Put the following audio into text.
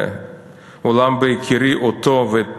אולם בהכירי אותו ואת פועלו,